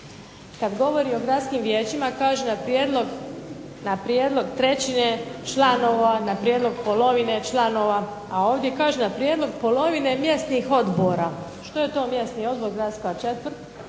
Kada govori o gradskim vijećima kaže na prijedlog trećine članova, na prijedlog polovine članova a ovdje kaže na prijedlog polovine mjesnih odbora. Što je to mjesni odbor, gradska četvrt,